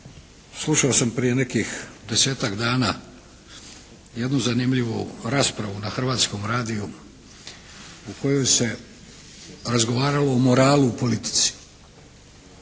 Slušao sam prije jedno desetak dana jednu zanimljivu raspravu na Hrvatskom radiju u kojoj se razgovaralo o moralu u politici.